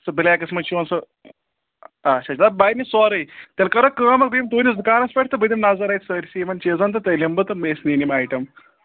سُہ بٕلیکَس منٛز چھِ یِوَان سُہ اچھا دَپ بَنہِ سورُے تیٚلہِ کَرو کٲم اَکھ بہٕ یِمہٕ تُہِنٛدِس دُکانَس پٮ۪ٹھ تہٕ بہٕ دِمہٕ نظر اَتہِ سٲرسٕے یِمَن چیٖزَن تہٕ تیٚلہِ یِمہٕ بہٕ تہٕ مےٚ ٲسۍ نِنۍ یِم آیٹَم